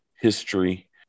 history